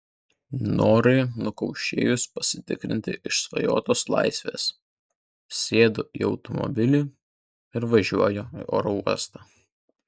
norai nukaukšėjus pasitikti išsvajotos laisvės sėdu į automobilį ir važiuoju į oro uostą